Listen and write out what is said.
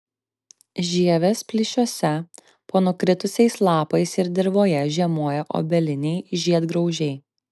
žievės plyšiuose po nukritusiais lapais ir dirvoje žiemoja obeliniai žiedgraužiai